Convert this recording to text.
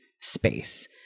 space